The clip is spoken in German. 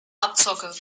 abzocke